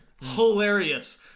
hilarious